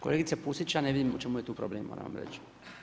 Kolegice Pusić, ja ne vidim u čemu je tu problem, ja moram reći.